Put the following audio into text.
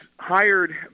hired